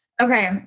Okay